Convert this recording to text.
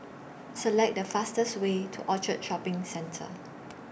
Select The fastest Way to Orchard Shopping Centre